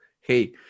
hey